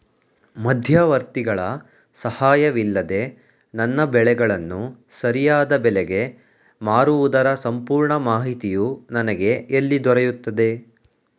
ಮಧ್ಯವರ್ತಿಗಳ ಸಹಾಯವಿಲ್ಲದೆ ನನ್ನ ಬೆಳೆಗಳನ್ನು ಸರಿಯಾದ ಬೆಲೆಗೆ ಮಾರುವುದರ ಸಂಪೂರ್ಣ ಮಾಹಿತಿಯು ನನಗೆ ಎಲ್ಲಿ ದೊರೆಯುತ್ತದೆ?